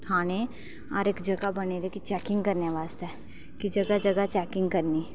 थाने हर इक्क रस्ते कि जगह जगह चैकिंग करनी